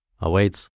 awaits